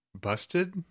Busted